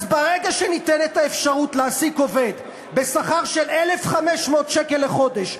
אז ברגע שניתנת האפשרות להעסיק עובד בשכר של 1,500 שקל לחודש,